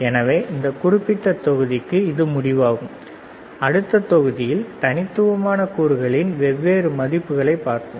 எனவே இந்த குறிப்பிட்ட தொகுதிக்கு இது முடிவாகும் அடுத்த தொகுதியில்தனித்துவமான கூறுகளின் வெவ்வேறு மதிப்புகளைப் பார்ப்போம்